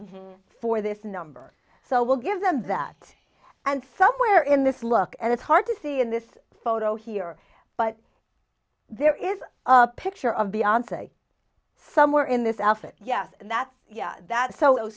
for this number so we'll give them that and somewhere in this look and it's hard to see in this photo here but there is a picture of beyond say somewhere in this outfit yes and that's that's so